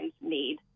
need